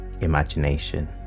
imagination